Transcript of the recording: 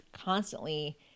constantly